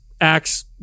acts